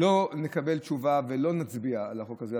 שלא נקבל תשובה ושלא נצביע על החוק הזה,